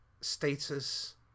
status